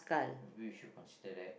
maybe we should consider that